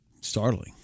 startling